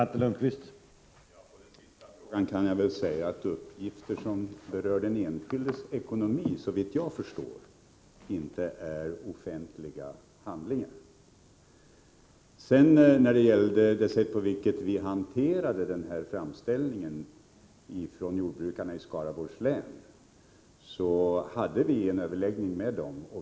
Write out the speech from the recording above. Herr talman! På den sista frågan kan jag svara att uppgifter som berör den enskildes ekonomi såvitt jag förstår inte är offentliga handlingar. När det sedan gäller det sätt på vilket regeringen hanterade framställningen från jordbrukarna i Skaraborgs län kan jag säga att vi hade en överläggning med dem.